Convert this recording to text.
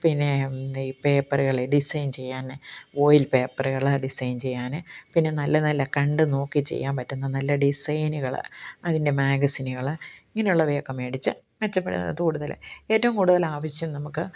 പിന്നെ ഈ പേപ്പറുകൾ ഡിസൈന് ചെയ്യാൻ ഓയില് പേപ്പറുകൾ ഡിസൈന് ചെയ്യാൻ പിന്നെ നല്ല നല്ല കണ്ട് നോക്കി ചെയ്യാൻ പറ്റുന്ന നല്ല ഡിസൈനുകൾ അതിന്റെ മാഗസിനുകൾ ഇങ്ങനെ ഉള്ളവയൊക്കെ മേടിച്ച് മെച്ചപ്പെട്ട കൂടുതൽ ഏറ്റവും കൂടുതൽ ആവശ്യം നമുക്ക്